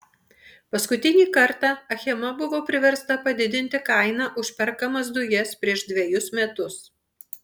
paskutinį kartą achema buvo priversta padidinti kainą už perkamas dujas prieš dvejus metus